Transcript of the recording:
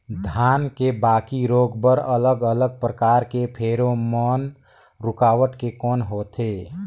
धान के बाकी रोग बर अलग अलग प्रकार के फेरोमोन रूकावट के कौन होथे?